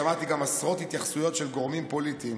שמעתי גם עשרות התייחסויות של גורמים פוליטיים